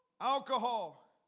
alcohol